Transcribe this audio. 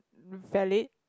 valid